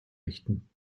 richten